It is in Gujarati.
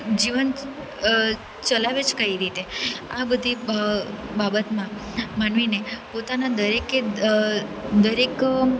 જીવન ચલાવે જ કઈ રીતે આ બધી બાબતમાં માનવીને પોતાના દરેકે દરેક